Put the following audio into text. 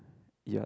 yup